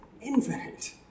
infinite